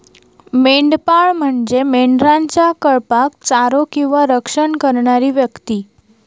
मेंढपाळ म्हणजे मेंढरांच्या कळपाक चारो किंवा रक्षण करणारी व्यक्ती